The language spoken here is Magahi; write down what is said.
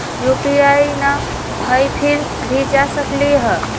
यू.पी.आई न हई फिर भी जा सकलई ह?